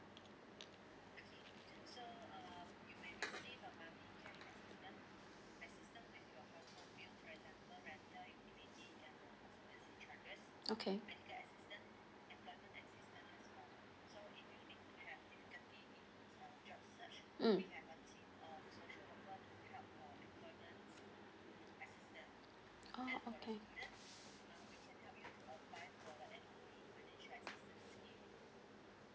okay mm ah okay